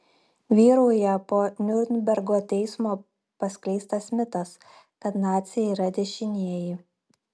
vyrauja po niurnbergo teismo paskleistas mitas kad naciai yra dešinieji